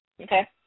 Okay